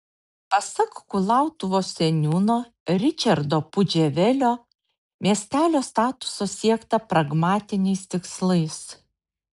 pasak kulautuvos seniūno ričardo pudževelio miestelio statuso siekta pragmatiniais tikslais